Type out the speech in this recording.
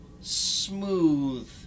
smooth